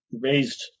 raised